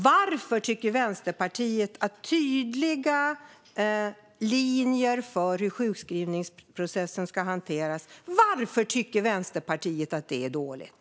Varför tycker Vänsterpartiet att tydliga riktlinjer för hur sjukskrivningsprocessen ska hanteras är dåligt?